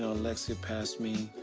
alexcia passed me,